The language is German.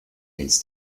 ins